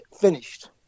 finished